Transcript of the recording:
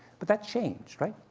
but that changed, right?